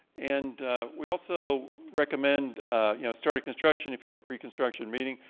and we also recommend you know starting construction, if you have a pre-construction meeting,